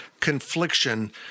confliction